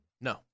No